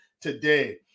today